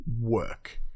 work